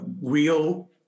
real